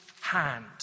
hand